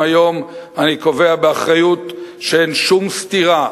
היום אני קובע באחריות שאין שום סתירה,